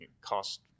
cost